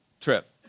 trip